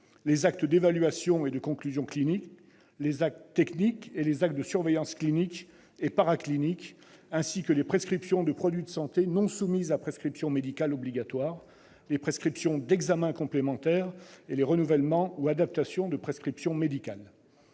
les actes d'évaluation et de conclusion clinique, les actes techniques et les actes de surveillance clinique et paraclinique, ainsi que les prescriptions de produits de santé non soumis à prescription médicale obligatoire, les prescriptions d'examens complémentaires et les renouvellements ou adaptations de prescriptions médicales.